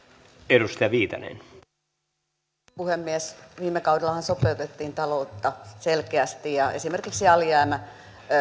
arvoisa puhemies viime kaudellahan sopeutettiin taloutta selkeästi ja esimerkiksi alijäämä